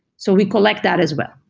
so we collect that as well.